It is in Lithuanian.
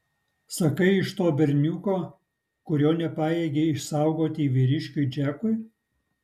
sakai iš to berniuko kurio nepajėgei išsaugoti vyriškiui džekui